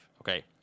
okay